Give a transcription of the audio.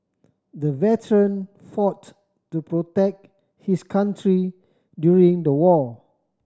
the veteran fought to protect his country during the war